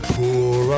Poor